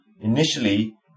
initially